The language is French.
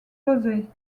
josé